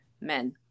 men